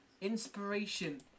inspiration